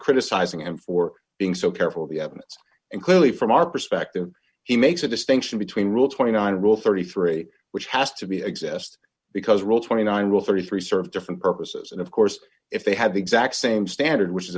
criticizing him for being so careful of the evidence and clearly from our perspective he makes a distinction between rule twenty nine rule thirty three which has to be exist because rule twenty nine rule thirty three serve different purposes and of course if they have the exact same standard which is